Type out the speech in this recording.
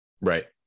Right